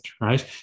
right